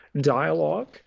dialogue